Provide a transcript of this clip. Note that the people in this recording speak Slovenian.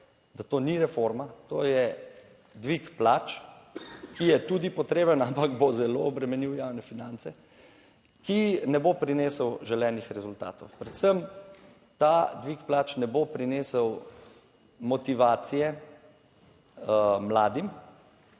da to ni reforma, to je dvig plač, ki je tudi potreben, ampak bo zelo obremenil javne finance, ki ne bo prinesel želenih rezultatov. Predvsem ta dvig plač ne bo prinesel motivacije mladim,